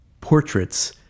portraits